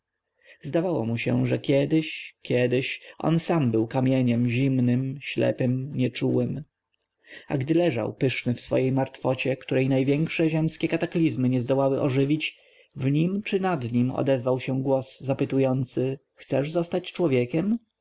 zdawało mu się że kiedyś kiedyś on sam był kamieniem zimnym ślepym nieczułym a gdy leżał pyszny w swojej martwocie której największe ziemskie kataklizmy nie zdołały ożywić w nim czy nad nim odezwał się głos zapytujący chcesz zostać człowiekiem